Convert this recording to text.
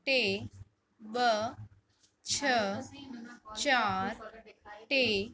टे ॿ छ चारि टे